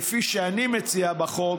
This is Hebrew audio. כפי שאני מציע בחוק,